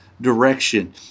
direction